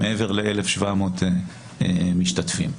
מעבר ל-1,700 משתתפים,